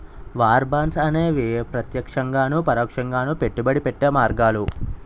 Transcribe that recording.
war bonds అనేవి ప్రత్యక్షంగాను పరోక్షంగాను పెట్టుబడి పెట్టే మార్గాలు